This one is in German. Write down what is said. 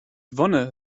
wonne